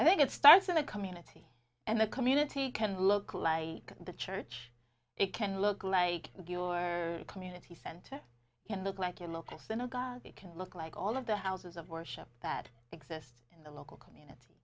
i think it starts in a community and the community can look like the church it can look like your community center can look like your local synagogue can look like all of the houses of worship that exist in the local community